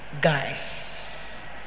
guys